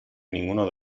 ninguno